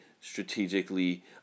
strategically